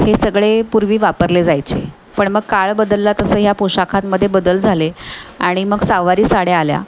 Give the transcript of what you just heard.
हे सगळे पूर्वी वापरले जायचे पण मग काळ बदलला तसं या पोशाखांमध्ये बदल झाले आणि मग सहावारी साड्या आल्या